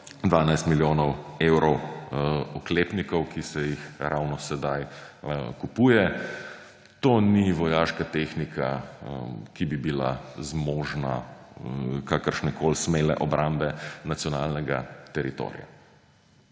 412 milijonov evrov oklepnikov, ki se jih ravno sedaj kupuje. To ni vojaška tehnika, ki bi bila zmožna kakršnekoli smele obrambe nacionalnega teritorija.